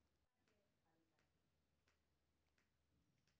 हमरा हमर zero balance बाला खाता के नम्बर सेहो चाही